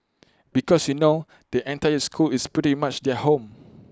because you know the entire school is pretty much their home